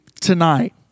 tonight